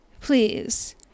please